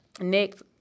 next